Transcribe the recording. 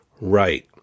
right